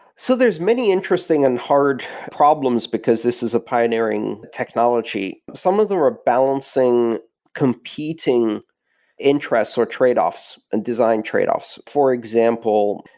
so there's many interesting and hard problems, because this is a pioneering technology, some of the rebalancing competing interests or tradeoffs and design tradeoffs. for example,